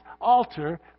altar